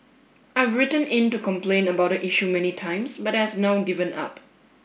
I've written in to complain about the issue many times but has now given up